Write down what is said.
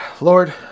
Lord